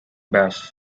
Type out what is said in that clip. bash